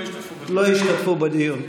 לא ישתתפו בדיון.